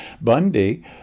Bundy